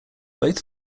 both